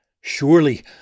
Surely